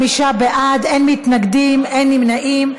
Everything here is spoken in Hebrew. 35 בעד, אין מתנגדים, אין נמנעים.